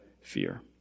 fear